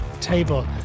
table